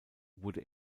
wurde